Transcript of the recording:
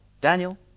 Daniel